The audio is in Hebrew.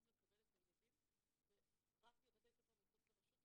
לקבל את הילדים ורק לבתי ספר מחוץ לרשות.